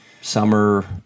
summer